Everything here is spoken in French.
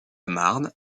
marne